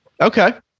Okay